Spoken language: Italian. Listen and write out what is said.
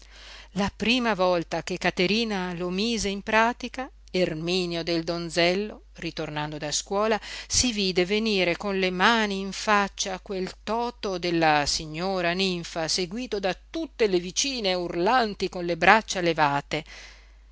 la prima volta che caterina lo mise in pratica erminio del donzello ritornando da scuola si vide venire con le mani in faccia quel toto della signora ninfa seguito da tutte le vicine urlanti con le braccia levate